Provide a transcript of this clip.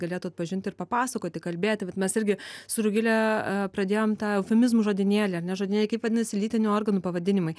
galėtų atpažint ir papasakoti kalbėti bet mes irgi su rugile pradėjom tą eufemizmų žodynėlį ar ne žodynėlį kaip vadinasi lytinių organų pavadinimai